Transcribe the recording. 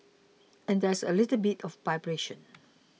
and there's a little bit of vibration